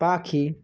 পাখি